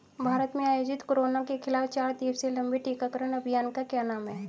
भारत में आयोजित कोरोना के खिलाफ चार दिवसीय लंबे टीकाकरण अभियान का क्या नाम है?